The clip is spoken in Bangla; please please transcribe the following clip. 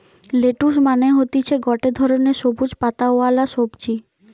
লেটুস মানে হতিছে গটে ধরণের সবুজ পাতাওয়ালা সবজি